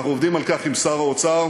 אנחנו עובדים על כך עם שר האוצר,